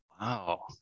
Wow